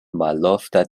malofta